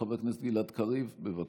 חבר הכנסת גלעד קריב, בבקשה.